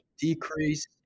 decrease